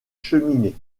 cheminées